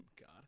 God